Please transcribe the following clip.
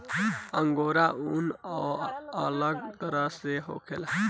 angora ऊन अलग तरह के होखेला